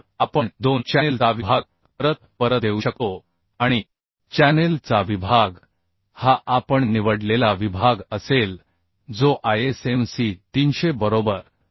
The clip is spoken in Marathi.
तर आपण दोन चॅनेल चा विभाग परत परत देऊ शकतो आणि चॅनेल चा विभाग हा आपण निवडलेला विभाग असेल जो ISMC 300 बरोबर